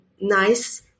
nice